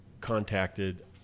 contacted